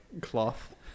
cloth